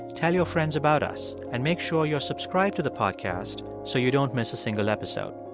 tell your friends about us. and make sure you're subscribed to the podcast, so you don't miss a single episode.